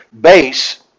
base